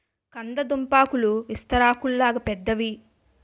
కంద దుంపాకులు విస్తరాకుల్లాగా పెద్దవి